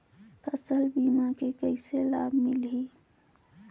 फसल बीमा के कइसे लाभ मिलही?